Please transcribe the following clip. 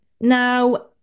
Now